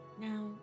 Now